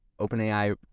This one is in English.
OpenAI